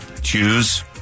Choose